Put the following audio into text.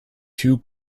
two